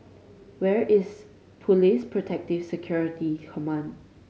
where is Police Protective Security Command